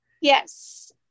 yes